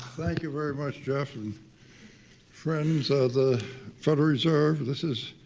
thank you very much jeff and friends of the federal reserve. this is,